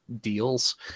deals